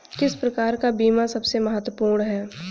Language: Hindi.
किस प्रकार का बीमा सबसे महत्वपूर्ण है?